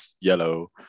yellow